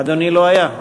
אדוני לא היה.